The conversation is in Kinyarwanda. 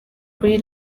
kuri